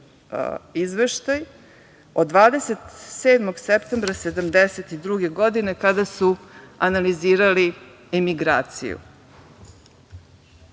izveštaj od 27. septembra 1972. godine kada su analizirali emigraciju.